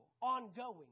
ongoing